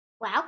Wow